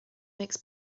makes